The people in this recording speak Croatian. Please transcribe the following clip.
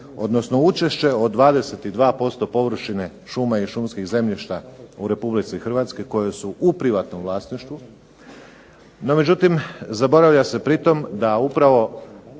odnosno učešće od 22% površine šuma i šumskih zemljišta u Republici Hrvatskoj koje su u privatnom vlasništvu, međutim, zaboravlja se i to da upravo